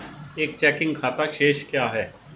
एक चेकिंग खाता शेष क्या है?